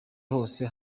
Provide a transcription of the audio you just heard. hose